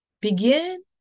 begin